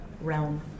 realm